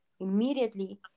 immediately